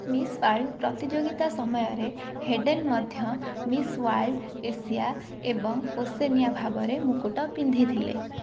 miss world ପ୍ରତିଯୋଗିତା ସମୟରେ Hayden ମଧ୍ୟ ମିସ୍ ୱାର୍ଲ୍ଡ ଏସିଆ ଏବଂ ଓସେନିଆ ଭାବରେ ମୁକୁଟ ପିନ୍ଧିଥିଲେ